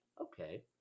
okay